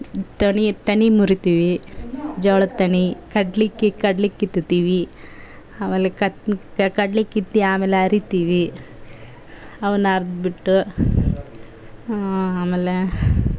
ತೆನೆ ತೆನೆ ಮುರಿತೀವಿ ಜೋಳದ್ ತೆನೆ ಕಡ್ಲೆ ಕಡ್ಲೆ ಕೀಳ್ತೀವಿ ಆಮೇಲೆ ಕಡ್ಲೆ ಕಿತ್ತು ಆಮೇಲೆ ಹರಿತೀವಿ ಅವ್ನ ಹರ್ದ್ ಬಿಟ್ಟು ಆಮೇಲೆ